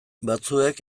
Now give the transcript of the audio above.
batzuek